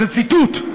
זה ציטוט,